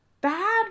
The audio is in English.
bad